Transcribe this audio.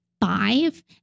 five